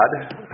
God